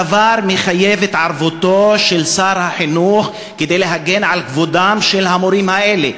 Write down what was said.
הדבר מחייב את התערבותו של שר החינוך כדי להגן על כבודם של המורים האלה.